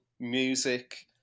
music